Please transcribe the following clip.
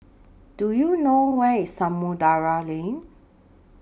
Do YOU know Where IS Samudera Lane